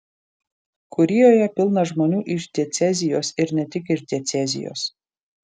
kurijoje pilna žmonių iš diecezijos ir ne tik iš diecezijos